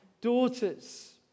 daughters